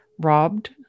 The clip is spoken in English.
robbed